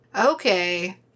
Okay